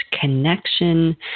connection